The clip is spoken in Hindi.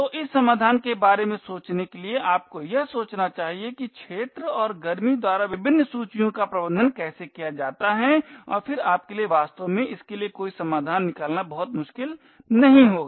तो इस समाधान के बारे में सोचने के लिए आपको यह सोचना चाहिए कि क्षेत्र और गर्मी द्वारा विभिन्न सूचियों का प्रबंधन कैसे किया जाता है और फिर आपके लिए वास्तव में इसके लिए कोई समाधान निकालना बहुत मुश्किल नहीं होगा